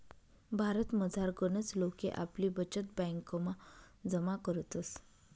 भारतमझार गनच लोके आपली बचत ब्यांकमा जमा करतस